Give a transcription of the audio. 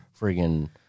friggin